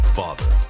father